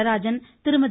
Natarajan Thirumathi